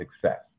success